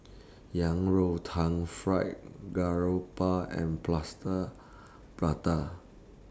Yang Rou Tang Fried Garoupa and Plaster Prata